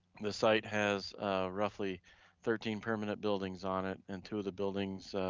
the site has roughly thirteen permanent buildings on it, and two of the buildings